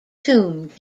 tomb